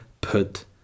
put